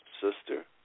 sister